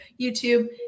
youtube